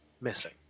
missing